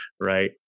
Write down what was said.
Right